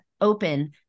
open